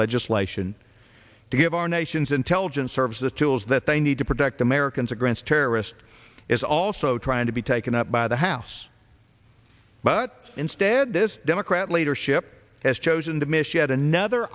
legislation to give our nation's intelligence service the tools that they need to protect americans or grants terrorist is also trying to be taken up by the house but instead this democrat leadership has chosen to miss yet another